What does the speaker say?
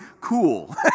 cool